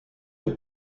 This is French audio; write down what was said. est